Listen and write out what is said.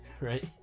Right